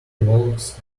walks